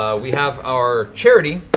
um we have our charity,